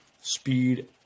speed